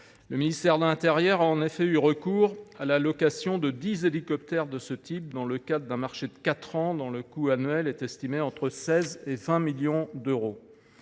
Le ministère de l’intérieur a en effet eu recours à la location de dix hélicoptères de ce type, dans le cadre d’un marché de quatre ans, dont le coût annuel est estimé entre 16 millions d’euros